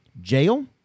Jail